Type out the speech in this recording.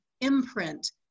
imprint